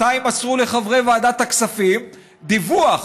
מתי יימסר לחברי ועדת הכספים דיווח